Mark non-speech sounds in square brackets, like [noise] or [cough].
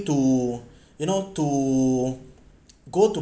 to [breath] you know to go to